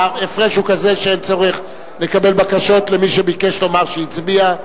ההפרש הוא כזה שאין צורך לקבל בקשות ממי שביקש לומר שהצביע,